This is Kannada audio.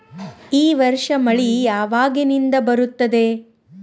ಈ ವರ್ಷ ಮಳಿ ಯಾವಾಗಿನಿಂದ ಬರುತ್ತದೆ?